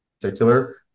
particular